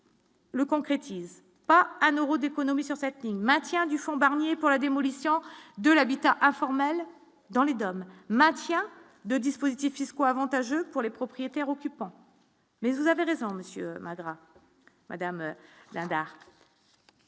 Le concrétise pas un Euro d'économies sur cette ligne, maintien du fonds Barnier pour la démolition de l'habitat informel dans les Dom, maintien de dispositifs fiscaux avantageux pour les propriétaires occupants. Mais vous avez raison Monsieur madras Madame Dindar.